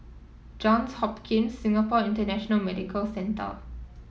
Johns Hopkins Singapore International Medical Centre